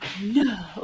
No